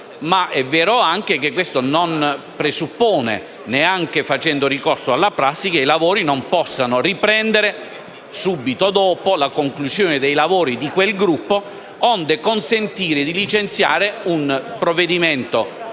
ma è vero anche che questo non presuppone, neanche facendo ricorso alla prassi, che i lavori non possano riprendere subito dopo la conclusione della riunione di quel Gruppo, onde consentire di licenziare un provvedimento